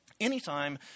Anytime